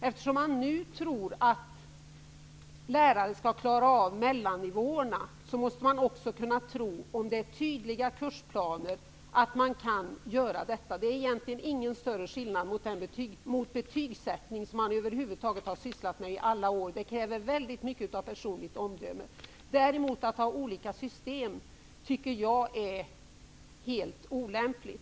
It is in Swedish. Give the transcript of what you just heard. Eftersom man nu tror att lärare skall klara av mellannivåerna, måste man också tro att de kan göra detta, om det är tydliga kursplaner. Det är egentligen ingen större skillnad mellan detta och den betygsättning som man har sysslat med i alla år. Det kräver väldigt mycket av personligt omdöme. Att ha olika system tycker jag däremot är helt olämpligt.